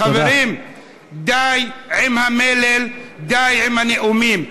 חברים, די עם המלל, די עם הנאומים.